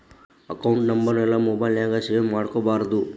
account ನಂಬರೆಲ್ಲಾ mobile ನ್ಯಾಗ save ಮಾಡ್ಕೊಬಾರ್ದು